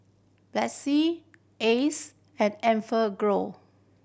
Betsy Acer and Enfagrow